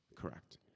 Correct